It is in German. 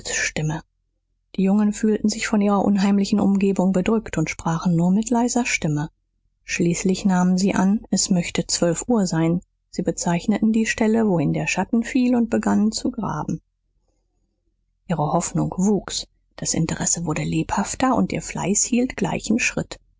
grabesstimme die jungen fühlten sich von ihrer unheimlichen umgebung bedrückt und sprachen nur mit leiser stimme schließlich nahmen sie an es möchte zwölf uhr sein sie bezeichneten die stelle wohin der schatten fiel und begannen zu graben ihre hoffnung wuchs das interesse wurde lebhafter und ihr fleiß hielt gleichen schritt